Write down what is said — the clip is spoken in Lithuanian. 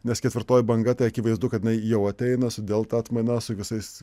nes ketvirtoji banga tai akivaizdu kad jinai jau ateina su delta atmaina su visais